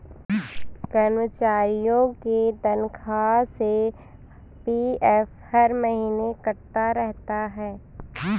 कर्मचारियों के तनख्वाह से पी.एफ हर महीने कटता रहता है